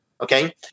okay